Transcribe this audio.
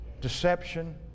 deception